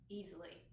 easily